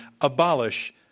abolish